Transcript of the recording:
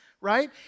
right